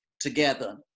together